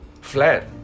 Flat